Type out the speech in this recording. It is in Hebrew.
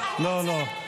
לא, לא.